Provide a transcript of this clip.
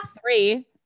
three